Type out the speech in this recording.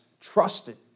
trusted